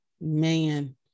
man